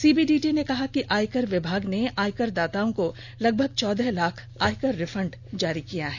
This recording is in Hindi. सीबीडीटी ने कहा कि आयकर विभाग ने आयकर दाताओं को लगभग चौदह लाख आयकर रिफंड जारी किया है